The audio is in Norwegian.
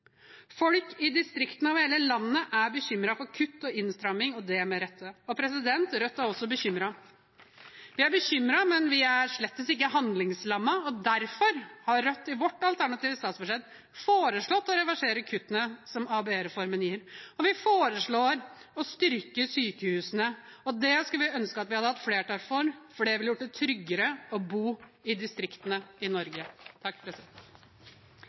Folk i distriktene i hele landet er bekymret for kutt og innstramming – og det med rette. Rødt er også bekymret. Vi er bekymret, men vi er slettes ikke handlingslammet. Derfor har Rødt, i vårt alternative statsbudsjett, foreslått å reversere kuttene som ABE-reformen gir. Og vi foreslår å styrke sykehusene. Det skulle vi ønske at vi hadde hatt flertall for, for det ville gjort det tryggere å bo i distriktene i Norge.